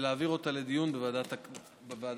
ולהעביר אותה לדיון בוועדה בכנסת.